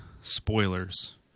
spoilers